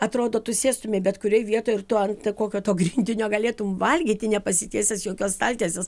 atrodo tu sėstumei bet kurioj vietoj ir tu ant kokio to grindinio galėtum valgyti nepasikeitęs jokios staltiesės